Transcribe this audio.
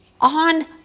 on